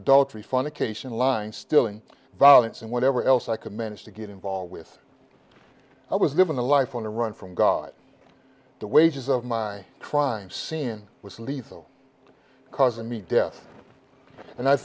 adultery fornication lying still violence and whatever else i could manage to get involved with i was living the life on the run from god the wages of my crime scene was lethal causing me death and i